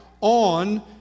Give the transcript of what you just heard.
on